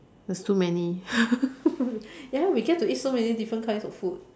there's too many ya we get to eat so many different kinds of food